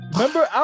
Remember